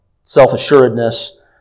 self-assuredness